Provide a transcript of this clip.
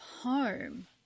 home